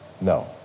No